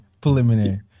preliminary